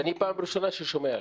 אני פעם ראשונה ששומע עליה.